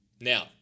Now